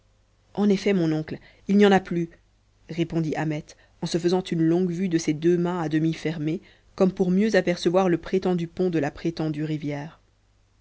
en effet mon oncle il n'y en a plus répondit ahmet en se faisant une longue-vue de ses deux mains à demi fermées comme pour mieux apercevoir le prétendu pont de la prétendue rivière